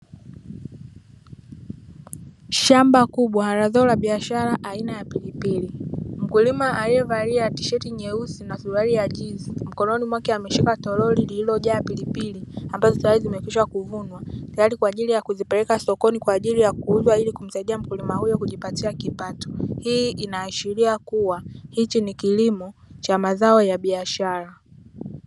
Shamba kubwa la zao ya biashara aina ya pilipili, mkulima alievalia tisheti nyeusi na suruali ya kijivu mkononi mwake ameshika toroli lililojaa pilipili ambazo tayari zimekwisha kuvunwa tayari kwa ajili ya kuzipeleka sokoni kwa ajili ya kuuzwa ili kumsaidia mkulima huyo kujipatia kipato. Hii inaashiria kuwa hichi ni kilimo cha mazao ya biashara.